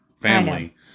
family